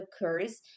occurs